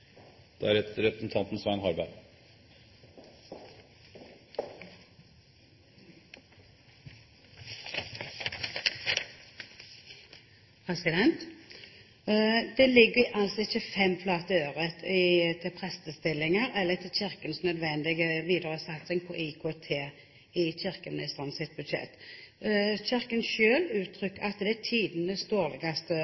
Det ligger ikke fem flate ører til prestestillinger eller til Kirkens nødvendige videresatsing på IKT i kirkeministerens budsjett. Kirken